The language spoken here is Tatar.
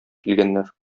килгәннәр